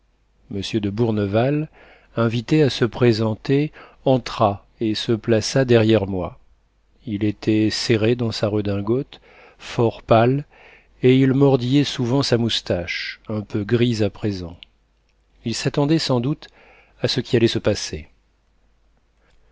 m de bourneval invité à se présenter entra et se plaça derrière moi il était serré dans sa redingote fort pâle et il mordillait souvent sa moustache un peu grise à présent il s'attendait sans doute à ce qui allait se passer